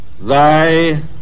Thy